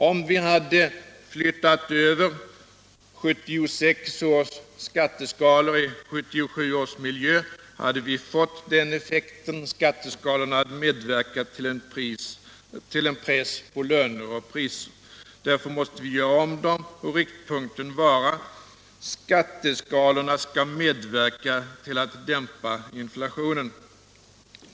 Om vi hade flyttat över 1976 års skatteskalor till 1977 års miljö hade vi fått den effekten: skatteskalorna hade medverkat till en press på löner och priser. Därför måste vi göra om dem och riktpunkten måste vara att skatteskalorna skall medverka till att dämpa inflationen.